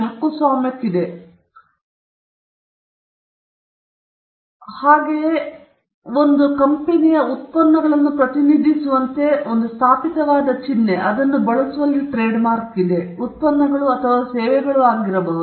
ಹಕ್ಕುಗಳ ಸೆಟ್ ವಿಶೇಷ ಹಕ್ಕುಗಳು ಒಂದು ಕಂಪನಿ ಅಥವಾ ಅದರ ಉತ್ಪನ್ನಗಳನ್ನು ಪ್ರತಿನಿಧಿಸುವಂತೆ ಕಾನೂನುಬದ್ಧವಾಗಿ ನೋಂದಾಯಿತ ಅಥವಾ ಸ್ಥಾಪಿತವಾದ ಚಿಹ್ನೆ ಅಥವಾ ಪದವನ್ನು ಬಳಸುವ ಟ್ರೇಡ್ಮಾರ್ಕ್ನಲ್ಲಿ ಉತ್ಪನ್ನಗಳು ಅಥವಾ ಸೇವೆಗಳಾಗಿರಬಹುದು